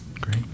Great